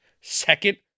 second